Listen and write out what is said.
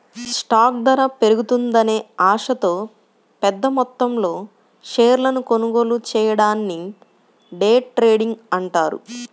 stock ధర పెరుగుతుందనే ఆశతో పెద్దమొత్తంలో షేర్లను కొనుగోలు చెయ్యడాన్ని డే ట్రేడింగ్ అంటారు